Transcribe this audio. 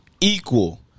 Equal